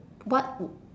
what w~